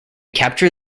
capture